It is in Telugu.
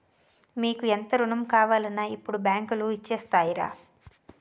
మీకు ఎంత రుణం కావాలన్నా ఇప్పుడు బాంకులు ఇచ్చేత్తాయిరా